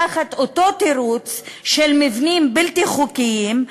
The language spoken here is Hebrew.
תחת אותו תירוץ של מבנים בלתי חוקיים,